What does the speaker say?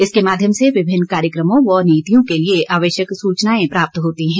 इसके माध्यम से विभिन्न कार्यक्रमों व नीतियों के लिए आवश्यक सूचनाएं प्राप्त होती हैं